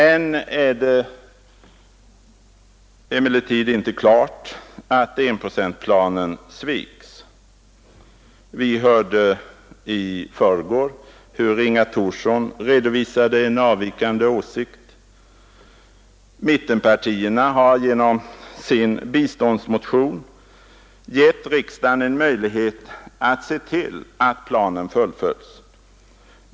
Än är det emellertid inte klart att enprocentsplanen svikits. Vi hörde i förrgår hur Inga Thorsson redovisade en avvikande åsikt. Mittenpartierna har genom sin biståndsmotion gett riksdagen en möjlighet att se till att planen fullföljs.